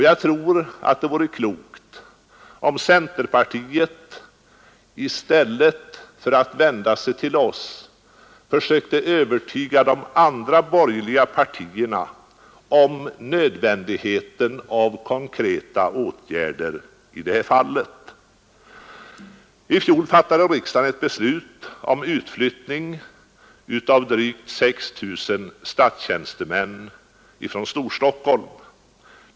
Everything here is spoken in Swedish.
Jag tror att det vore klokt, om centerpartiet i stället för att vända sig mot oss försökte övertyga de andra borgerliga partierna om nödvändigheten av konkreta åtgärder i detta avseende. I fjol fattade riksdagen ett beslut om utflyttning av drygt 6 000 tjänstemän från Storstockholm.